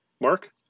Mark